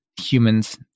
humans